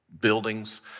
buildings